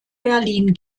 berlin